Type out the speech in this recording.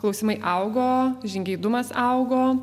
klausimai augo žingeidumas augo